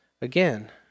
again